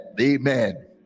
Amen